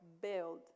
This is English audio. build